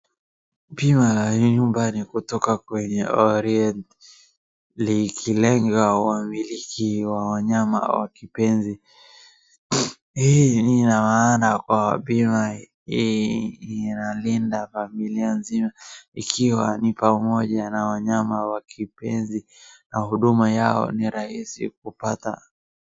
Bima la nyumbani kutoka kwenye Orient likilenga wamiliki wa wanyama wa kipenzi. Hii ina maana kwa bima hii inalinda familia nzima ikiwa ni pamoja na wanyama wa kipenzi na huduma yao ni rahisi kupata.